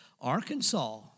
Arkansas